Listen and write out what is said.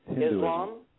Islam